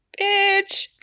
bitch